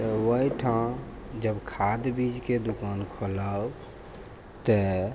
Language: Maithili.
ओ ओहिठाम जब खाद बीजके दोकान खोलब तऽ